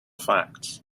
facts